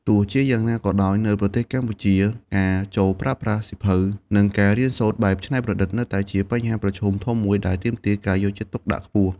ទោះជាយ៉ាងណាក៏ដោយ នៅប្រទេសកម្ពុជា ការចូលប្រើប្រាស់សៀវភៅ និងការរៀនសូត្របែបច្នៃប្រឌិតនៅតែជាបញ្ហាប្រឈមធំមួយដែលទាមទារការយកចិត្តទុកដាក់ខ្ពស់។